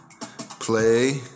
play